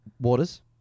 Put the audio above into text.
Waters